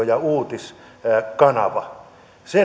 ja uutiskanavan